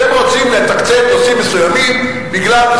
אתם רוצים לתקצב נושאים מסוימים בגלל,